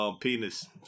penis